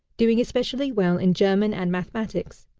doing especially well in german and mathematics.